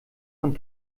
von